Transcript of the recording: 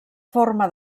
forma